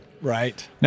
Right